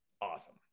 Awesome